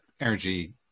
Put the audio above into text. energy